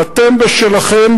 ואתם בשלכם,